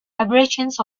vibrations